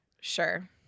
sure